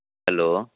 hello